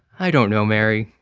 i don't know, mary.